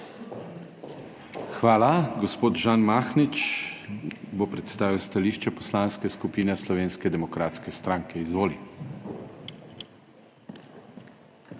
Hvala. Gospod Žan Mahnič bo predstavil stališče Poslanske skupine Slovenske demokratske stranke. Izvoli.